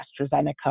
AstraZeneca